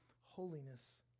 holiness